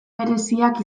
bereziak